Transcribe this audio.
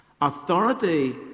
Authority